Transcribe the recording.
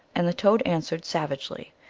and the toad answered sav agely,